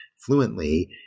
fluently